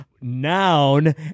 noun